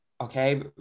Okay